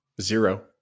Zero